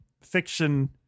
fiction